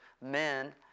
men